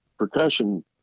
percussion